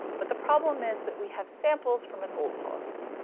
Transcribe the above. but the problem is that we have samples from an old policy.